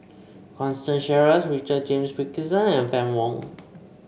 Constance Sheares Richard James Wilkinson and Fann Wong